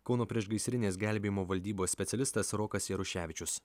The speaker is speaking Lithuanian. kauno priešgaisrinės gelbėjimo valdybos specialistas rokas jaruševičius